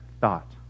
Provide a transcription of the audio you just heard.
thought